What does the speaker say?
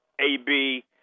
AB